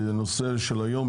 נושאי הדיון היום,